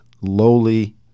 lowly